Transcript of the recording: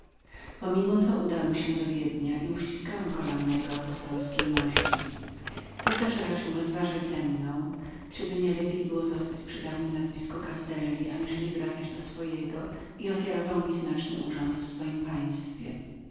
pomimo to udałem się do wiednia i uściskałem kolana jego apostolskiej mości cesarz raczył rozważać zemną czyliby nie lepiej było zostać przy dawnem nazwisku castelli aniżeli wracać do swojego i ofiarował mi znaczny urząd w swojem państwie